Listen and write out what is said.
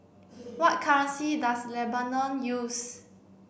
what currency does Lebanon use